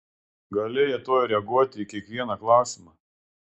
galėjo tuoj reaguoti į kiekvieną klausimą